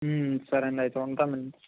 సరే అండి అయితే ఉంటానండి